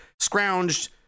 Scrounged